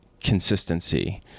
consistency